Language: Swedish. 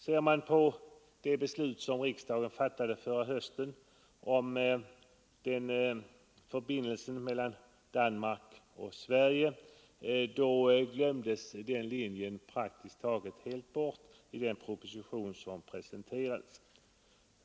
Ser man på det beslut som riksdagen fattade förra hösten om förbindelsen mellan Danmark och Sverige finner man att den delen praktiskt taget helt glömdes bort i den proposition som presenterades.